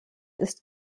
ist